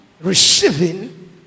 receiving